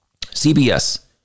CBS